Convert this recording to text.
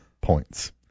points